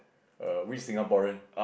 err which Singaporean